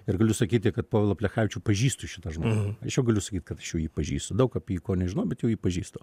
ir galiu sakyti kad povilą plechavičių pažįstu šitą žmogų aš jau galiu sakyt kad aš jau jį pažįstu daug apie jį ko nežinau bet jau jį pažįstu